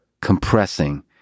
compressing